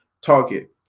target